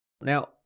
Now